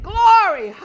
Glory